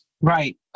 Right